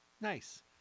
Nice